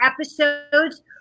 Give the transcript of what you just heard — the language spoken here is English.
episodes